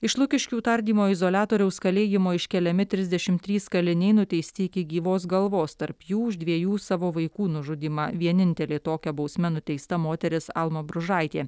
iš lukiškių tardymo izoliatoriaus kalėjimo iškeliami trisdešim trys kaliniai nuteisti iki gyvos galvos tarp jų už dviejų savo vaikų nužudymą vienintelė tokia bausme nuteista moteris alma bružaitė